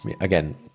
again